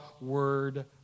Word